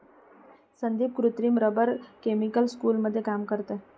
संदीप कृत्रिम rubber chemical स्कूलमध्ये काम करते